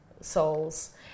souls